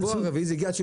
עד 50% בני מקום לפעמים.